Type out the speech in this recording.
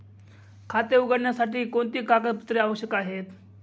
खाते उघडण्यासाठी कोणती कागदपत्रे आवश्यक आहे?